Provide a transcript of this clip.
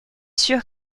sûr